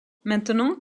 maintenant